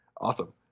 Awesome